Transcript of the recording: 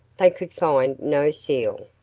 they could find no seal,